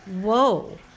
whoa